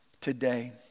today